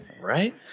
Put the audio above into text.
Right